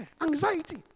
Anxiety